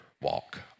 walk